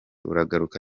uragaruka